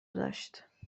داشت